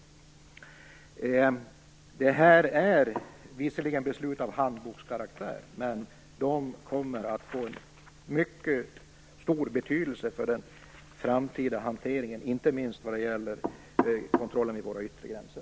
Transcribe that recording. Detta är visserligen beslut av handbokskaraktär, men de kommer att få en mycket stor betydelse för den framtida hanteringen, inte minst vad gäller kontrollen vid våra yttre gränser.